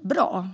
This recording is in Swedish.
bra.